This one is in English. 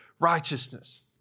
righteousness